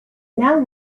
now